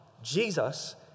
Jesus